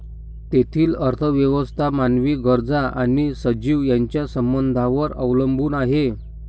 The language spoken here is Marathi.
तेथील अर्थव्यवस्था मानवी गरजा आणि सजीव यांच्या संबंधांवर अवलंबून आहे